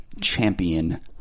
Champion